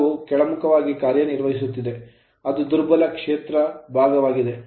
ಬಲವು ಕೆಳಮುಖವಾಗಿ ಕಾರ್ಯನಿರ್ವಹಿಸುತ್ತಿದೆ ಅದು ದುರ್ಬಲ ಕ್ಷೇತ್ರ ಭಾಗವಾಗಿದೆ